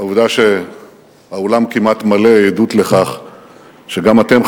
העובדה שהאולם כמעט מלא היא עדות לכך שגם אתם,